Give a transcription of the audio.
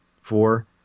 Four